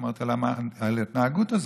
אמרתי על ההתנהגות הזאת,